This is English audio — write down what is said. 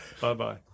Bye-bye